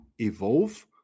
evolve